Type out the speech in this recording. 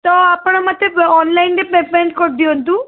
ତ ଆପଣ ମୋତେ ପ ଅନଲାଇନ୍ରେ ପେମେଣ୍ଟ୍ କରି ଦିଅନ୍ତୁ